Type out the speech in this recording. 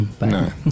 No